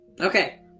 Okay